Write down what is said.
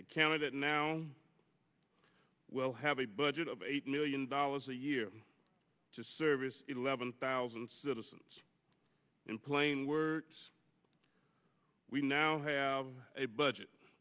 candidate now will have a budget of eight million dollars a year to service eleven thousand citizens in plain words we now have a budget